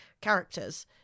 characters